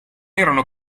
erano